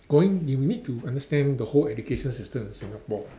going you may need to understand the whole education system in Singapore